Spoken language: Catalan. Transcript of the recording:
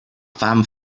fam